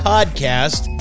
Podcast